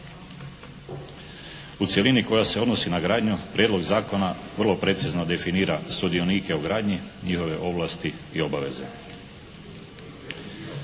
U cjelini koja se odnosi na gradnju Prijedlog zakona vrlo precizno definira sudionike u gradnji, njihove ovlasti i obaveze.